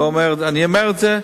אני אומר את זה.